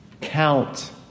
count